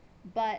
but